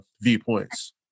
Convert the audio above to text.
viewpoints